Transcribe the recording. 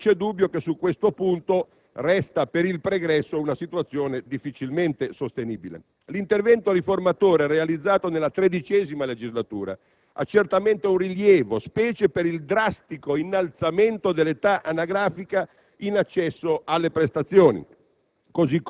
ma non c'è dubbio che su questo punto resta per il pregresso una situazione difficilmente sostenibile. L'intervento riformatore realizzato nella XIII legislatura ha certamente un suo rilievo, specie per il drastico innalzamento dell'età anagrafica di accesso alle prestazioni.